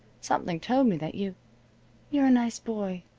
something told me that you you're a nice boy,